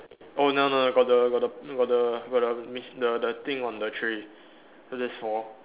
oh no no got the got the got the got mis~ the the thing on the tray so that's four